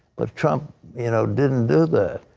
but trump you know didn't do that.